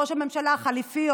ראש הממשלה החליפי,